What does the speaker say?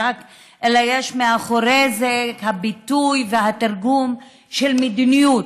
אלא יש מאחורי זה את הביטוי והתרגום של מדיניות,